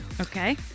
okay